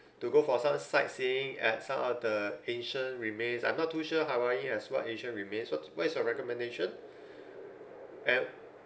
to go for some sightseeing at some of the ancient remains I'm not too sure hawaii has what ancient remains so what is your recommendation and